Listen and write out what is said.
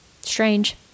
strange